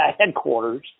headquarters